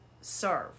serve